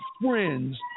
friends